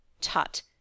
Tut